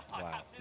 Wow